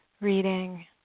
reading